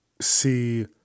see